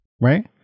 right